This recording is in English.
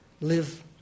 live